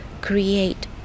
create